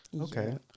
Okay